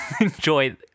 enjoy